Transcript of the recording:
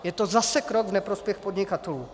Je to zase krok v neprospěch podnikatelů.